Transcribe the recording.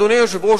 אדוני היושב-ראש,